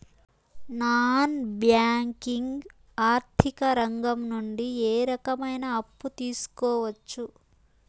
Non banking ఆర్థిక రంగం నుండి ఏ రకమైన అప్పు తీసుకోవచ్చు?